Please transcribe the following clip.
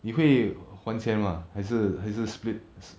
你会还钱吗还是还是 split